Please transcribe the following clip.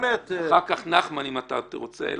ואחר כך, נחמן, אם אתה רוצה.